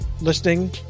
listening